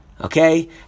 okay